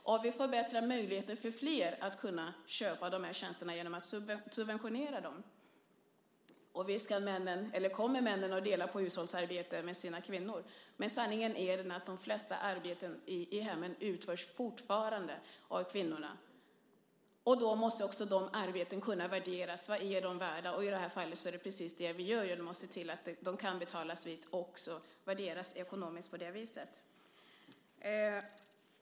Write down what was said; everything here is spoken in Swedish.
Och vi förbättrar möjligheten för flera att köpa de här tjänsterna genom att subventionera dem. Visst kommer männen att dela på hushållsarbetet med sina kvinnor. Men sanningen är den att de flesta arbeten i hemmen fortfarande utförs av kvinnorna, och då måste de arbetena också kunna värderas. Vad är de värda? I det här fallet är det precis det vi gör genom att se till att de kan betalas vitt och också värderas ekonomiskt på det viset.